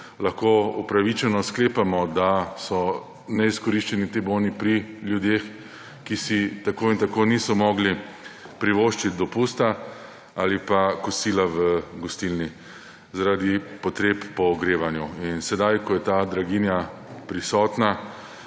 lahko upravičeno sklepamo, da so neizkoriščeni te boni pri ljudeh, ki si tako in tako niso mogli privoščiti dopusta ali pa kosila v gostilni zaradi potreb po ogrevanju. In sedaj, ko je ta draginja prisotna,